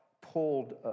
pulled